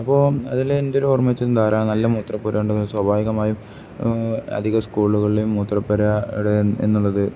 അപ്പോൾ അതിൽ എൻ്റെ ഒരു ഓർമ്മ വെച്ച് ധാരാളം നല്ല മൂത്രപ്പുര ഉണ്ട് സ്വാഭാവികമായും അധികം സ്കൂളുകളിലും മൂത്രപ്പുരയുടെ എന്നുള്ളത്